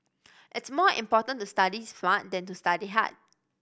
it is more important to study smart than to study hard